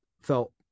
felt